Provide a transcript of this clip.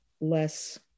less